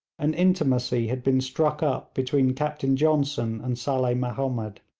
an intimacy had been struck up between captain johnson and saleh mahomed,